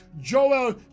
Joel